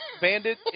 Bandit